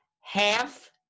half